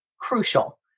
crucial